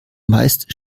meist